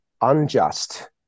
unjust